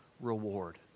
reward